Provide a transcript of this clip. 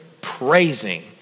Praising